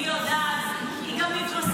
היא יודעת, היא גם מתמסרת.